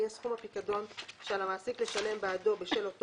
יהיה סכום הפיקדון שעל המעסיק לשלם בעדו בשל אותו